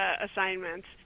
assignments